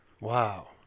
Wow